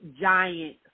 giant